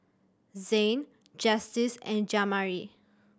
Zain Justice and Jamari